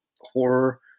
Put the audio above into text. horror